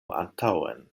antaŭen